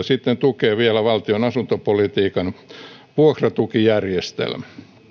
sitten tukee vielä valtion asuntopolitiikan vuokratukijärjestelmä